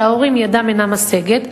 שהוריהם ידם אינה משגת,